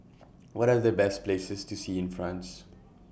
What Are The Best Places to See in France